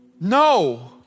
No